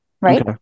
right